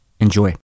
Enjoy